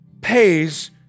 pays